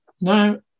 Now